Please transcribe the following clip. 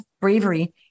bravery